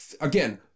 again